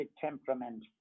temperament